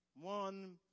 One